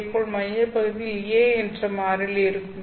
இதேபோல் மையப்பகுதியில் a என்ற மாறிலி இருக்கும்